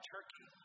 Turkey